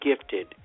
gifted